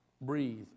breathe